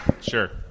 Sure